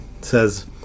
says